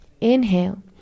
inhale